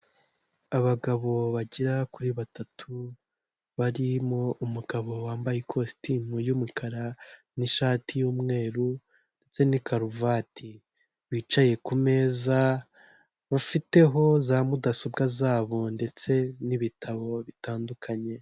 Abagabo bagera kuri batatu, barimo umugabo wambaye ikositimu y'umukara n'ishati y'umweru ndetse n'ikaruvati. Bicaye ku meza, bafiteho za mudasobwa zabo ndetse n'ibitabo bitandukanye.